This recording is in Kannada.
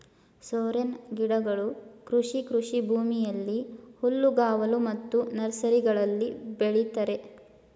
ಸೋರೆನ್ ಗಿಡಗಳು ಕೃಷಿ ಕೃಷಿಭೂಮಿಯಲ್ಲಿ, ಹುಲ್ಲುಗಾವಲು ಮತ್ತು ನರ್ಸರಿಗಳಲ್ಲಿ ಬೆಳಿತರೆ